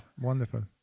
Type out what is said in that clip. wonderful